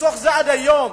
מתוך זה עד היום,